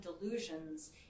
delusions